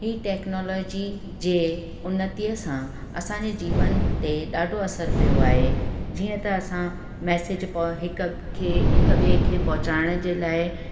हीअ टैक्नोलॉजी जे उनतीअ सां असांजे जीवन ते ॾाढो असरु पियो आहे जीअं त असां मैसेज पो हिक खे हिक ॿिए खे पहुचाइण जे लाइ